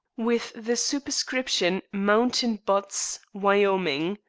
with the superscription, mountain butts, wyoming.